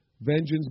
Vengeance